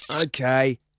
Okay